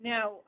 Now